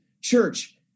church